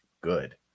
good